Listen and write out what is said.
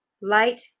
light